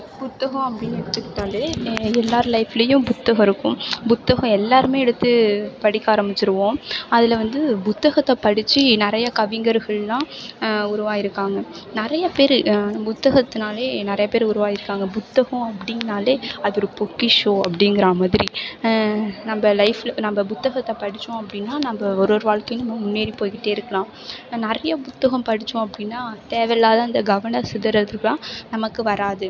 புத்தகம் அப்படின்னு எடுத்துக்கிட்டாலே எல்லாேர் லைஃப்லையும் புத்தகம் இருக்கும் புத்தகம் எல்லாேருமே எடுத்து படிக்க ஆரம்பிச்சுருவோம் அதில் வந்து புத்தகத்தை படித்து நிறைய கவிஞர்களெல்லாம் உருவாகியிருக்காங்க நிறைய பேர் அந்த புத்தகத்துனாலேயே நிறையா பேர் உருவாகியிருக்காங்க புத்தகம் அப்படின்னாலே அது ஒரு பொக்கிஷம் அப்படிங்கற மாதிரி நம்ம லைஃப்பில் நம்ம புத்தகத்தை படித்தோம் அப்படின்னா நம்ம ஒரு ஒரு வாழ்க்கையும் நம்ம முன்னேறி போய்க்கிட்டே இருக்கலாம் நம்ம நிறைய புத்தகம் படித்தோம் அப்படின்னா தேவை இல்லாத அந்த கவனச்சிதறல்களெல்லாம் நமக்கு வராது